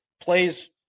plays